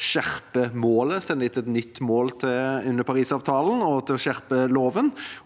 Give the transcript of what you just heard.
skjerpe målet, sende inn et nytt mål under Parisavtalen, og skjerpe loven,